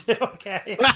Okay